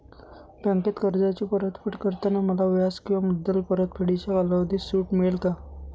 बँकेत कर्जाची परतफेड करताना मला व्याज किंवा मुद्दल परतफेडीच्या कालावधीत सूट मिळेल का?